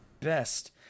best